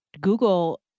Google